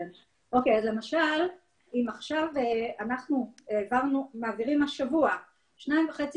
אז למשל אם אנחנו מעבירים השבוע שניים וחצי